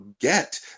get